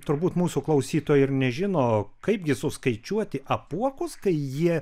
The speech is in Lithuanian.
turbūt mūsų klausytojai ir nežino kaipgi suskaičiuoti apuokus kai jie